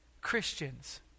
Christians